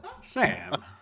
Sam